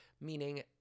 meaning